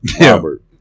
Robert